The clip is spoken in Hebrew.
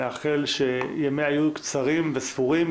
נאחל שימיה יהיו קצרים וספורים,